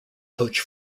coach